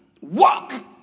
Walk